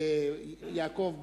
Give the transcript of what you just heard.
יעקב בודו,